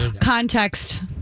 Context